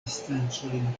distancojn